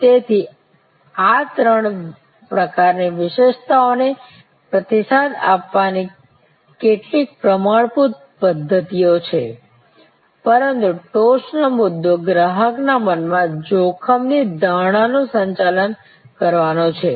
તેથી આ ત્રણ પ્રકારની વિશેષતાઓને પ્રતિસાદ આપવાની કેટલીક પ્રમાણભૂત પદ્ધતિઓ છે પરંતુ ટોચનો મુદ્દો ગ્રાહકના મનમાં જોખમની ધારણાનું સંચાલન કરવાનો છે